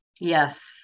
Yes